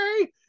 okay